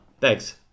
thanks